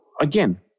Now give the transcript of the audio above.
again